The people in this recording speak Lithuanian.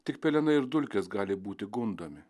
tik pelenai ir dulkės gali būti gundomi